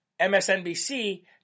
MSNBC